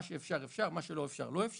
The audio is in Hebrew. מה שאפשר אפשר, מה שבלתי אפשרי בלתי אפשרי,